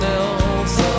else